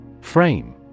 Frame